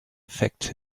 affect